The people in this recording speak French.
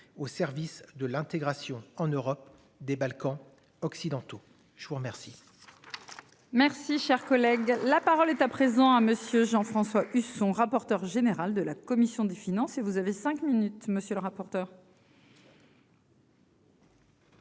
au service de l'intégration en Europe des Balkans occidentaux. Je vous en mer.